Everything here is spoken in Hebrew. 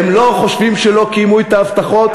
הם לא חושבים שלא קיימו את ההבטחות,